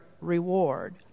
reward